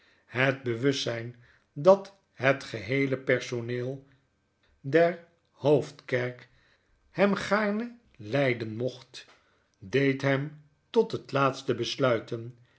het bewustzijn dat het geheele personeel der hoofdkerk hem gaarne lijden mocht deed hem tot het laatste besluiten